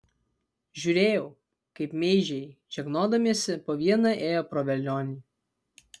žiūrėjau kaip meižiai žegnodamiesi po vieną ėjo pro velionį